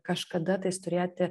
kažkada tais turėti